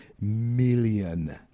million